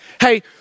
Hey